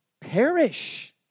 perish